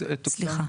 תוקצב?